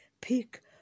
Pick